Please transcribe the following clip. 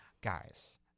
Guys